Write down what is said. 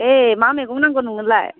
ऐ मा मैगं नांगौ नोंनोलाय